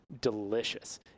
delicious